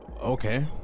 Okay